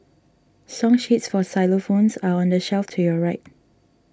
song sheets for xylophones are on the shelf to your right